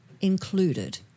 included